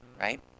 right